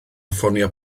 ffonio